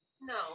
No